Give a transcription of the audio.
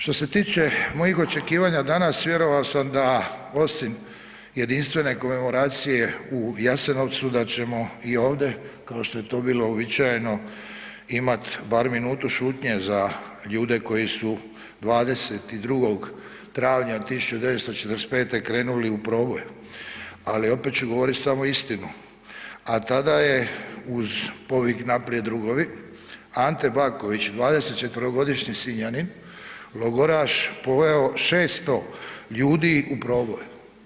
Što se tiče mojih očekivanja danas, vjerovao sam da osim jedinstvene komemoracije u Jasenovcu, da ćemo i ovdje kao što je to bilo uobičajeno, imat bar minutu šutnje za ljudi koji su 22. travnja 1945. krenuli u proboj, ali opet ću govorit samo istinu a tada je uz povik „Naprijed, drugovi!“, Ante Baković, 24-godišnji Sinjanin, logoraš, poveo 600 ljudi u proboj.